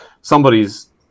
somebody's